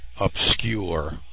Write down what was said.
obscure